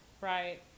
Right